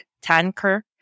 tanker